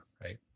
right